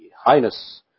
highness